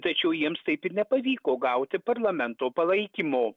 tačiau jiems taip ir nepavyko gauti parlamento palaikymo